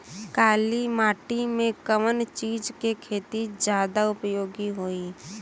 काली माटी में कवन चीज़ के खेती ज्यादा उपयोगी होयी?